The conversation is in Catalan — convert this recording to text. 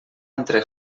entre